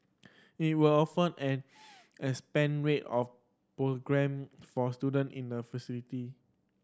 it will offer an expanded range of programme for student in the facility